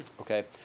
okay